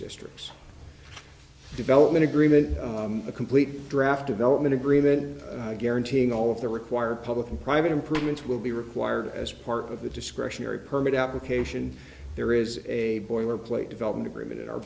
districts development agreement a complete draft development agreement guaranteeing all of the required public and private improvements will be required as part of the discretionary permit application there there is a boilerplate development agreement in our